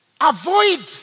Avoid